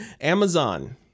Amazon